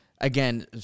again